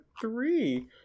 three